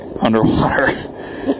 underwater